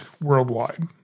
worldwide